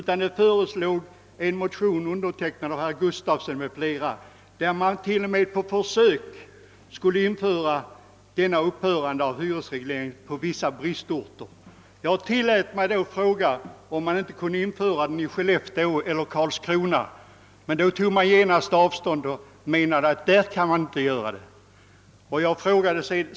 Men inte bara detta. I motionen undertecknad av herr Gustafsson i Skellefteå m.fl. föreslogs att man på försök skulle upphöra med hyresregleringen i vissa bristorter. Jag tillät mig då att fråga, om man inte kunde göra detta försök i Skellefteå eller i Karlskrona. Men då tog man avstånd och menade att det inte skulle gå för sig.